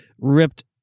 ripped